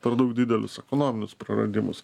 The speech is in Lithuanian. per daug didelius ekonominius praradimus